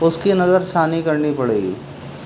اس کی نظر ثانی کرنی پڑے گی